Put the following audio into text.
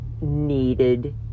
needed